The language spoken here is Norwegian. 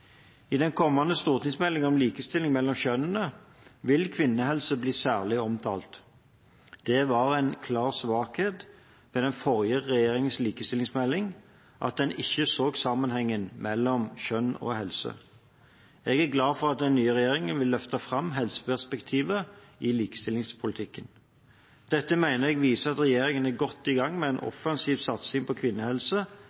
I den kommende stortingsmeldingen om likestilling mellom kjønnene vil kvinnehelse bli særlig omtalt. Det var en klar svakhet ved den forrige regjeringens likestillingsmelding at den ikke så sammenhengen mellom kjønn og helse. Jeg er glad for at den nye regjeringen vil løfte fram helseperspektivet i likestillingspolitikken. Dette mener jeg viser at regjeringen er godt i gang med en offensiv satsing på kvinnehelse